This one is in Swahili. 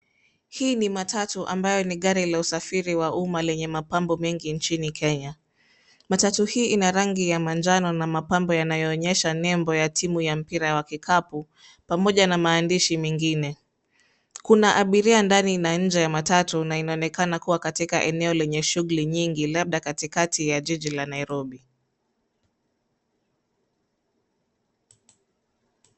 Hii ni matatu ambayo ni gari la usafiri wa uma lenye mapambo mengi nchini Kenya. Matatu hii ina rangi ya manjano na mapambo yanayoonyesha nebo ya timu ya mpira wa kikapu, pamoja na maandishi mengine. Kuna abiria ndani na nje ya matatu na inaonekana kua katika eneo lenye shughuli nyingi, labda katikati ya jiji la Nairobi.